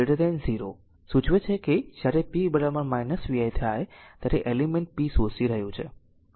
તેથી vi 0 સૂચવે છે કે જ્યારે p vi ત્યારે એલિમેન્ટ p શોષી રહ્યું છે